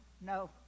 No